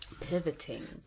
pivoting